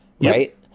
Right